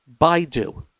Baidu